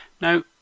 Now